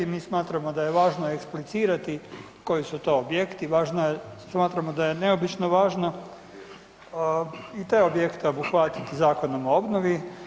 Mi smatramo da je važno eksplicirati koji su to objekti, važno je, smatramo da je neobično važno i te objekte obuhvatiti Zakonom o obnovi.